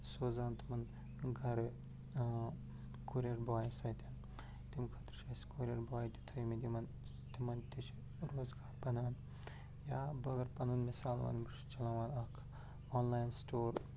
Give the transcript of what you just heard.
سوزان تِمَن گَرٕ کوریر بایَس باتھِ تٔمۍ خٲطرٕ چھِ اَسہِ کوریر باے تہِ تھٲیِمٕتۍ تِمَن تہِ چھِ روزگار بنان یا بہٕ اگر پَنُن مِثال وَنہٕ بہٕ چھُس چلاوان اَکھ آنلایِن سِٹور